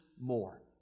more